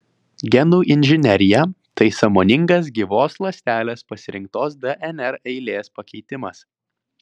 genų inžinerija tai sąmoningas gyvos ląstelės pasirinktos dnr eilės pakeitimas